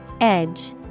Edge